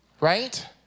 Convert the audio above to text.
Right